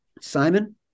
Simon